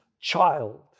child